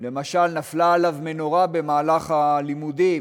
למשל נפלה עליו מנורה במהלך הלימודים